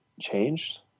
changed